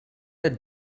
der